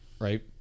Right